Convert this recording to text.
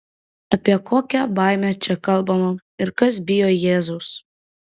apie kokią baimę čia kalbama ir kas bijo jėzaus